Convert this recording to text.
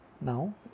now